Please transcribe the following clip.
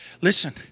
Listen